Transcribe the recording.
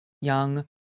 young